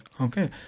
okay